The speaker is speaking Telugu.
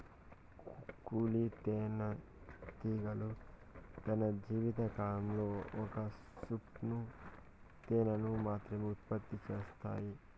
కూలీ తేనెటీగలు తన జీవిత కాలంలో ఒక స్పూను తేనెను మాత్రమె ఉత్పత్తి చేత్తాయి